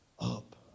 up